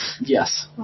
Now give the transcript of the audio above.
Yes